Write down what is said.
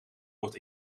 wordt